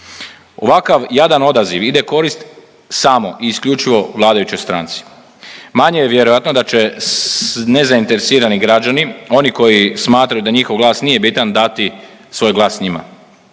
Ovakav jadan odaziv ide korist samo i isključivo vladajućoj stranci. Manje je vjerojatno da će nezainteresirani građani, oni koji smatraju da njihov glas nije bitan dati svoj glas njima.